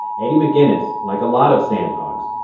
eddie mcginnis, like a lot of sandhogs,